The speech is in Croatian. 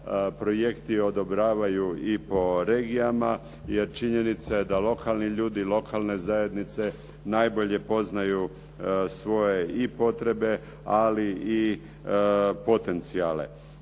projekti odobravaju i po regijama, jer činjenica je da lokalni ljudi, lokalne zajednice najbolje poznaju svoje i potrebe, ali i potencijale.